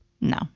No